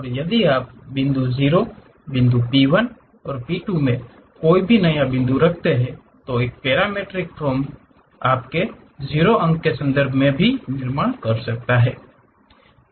और यदि आप बिंदु 0 P 1 और P 2 में कोई भी नया बिंदु रखते हैं तो एक पैरामीट्रिक फॉर्म आपके 0 अंक के संदर्भ में निर्माण कर सकता है